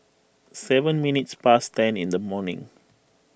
seven minutes past ten in the morning